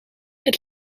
het